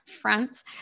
fronts